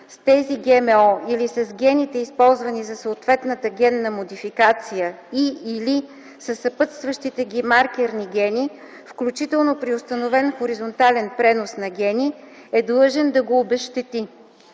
с тези ГМО или с гените, използвани за съответната генна модификация и/или със съпътстващите ги маркерни гени, включително при установен хоризонтален пренос на гени, е длъжен да го обезщети.